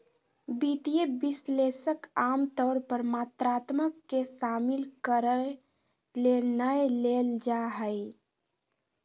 वित्तीय विश्लेषक आमतौर पर मात्रात्मक के शामिल करय ले नै लेल जा हइ